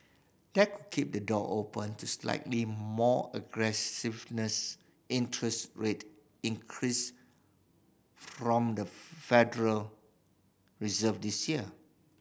that keep the door open to slightly more aggressive interest rate increase from the Federal Reserve this year